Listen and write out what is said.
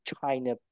China